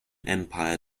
empire